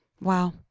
Wow